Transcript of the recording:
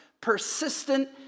persistent